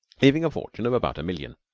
leaving a fortune of about a million.